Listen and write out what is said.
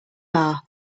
bar